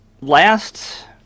last